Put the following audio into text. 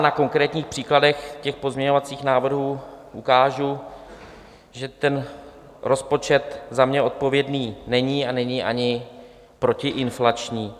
Na konkrétních příkladech těch pozměňovacích návrhů ukážu, že ten rozpočet za mě odpovědný není a není ani protiinflační.